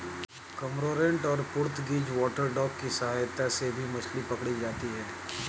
cormorant और Portuguese water dog की सहायता से भी मछली पकड़ी जाती है